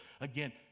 again